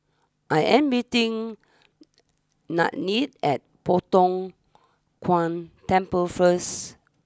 I am meeting Nannette at Poh Tiong Kiong Temple first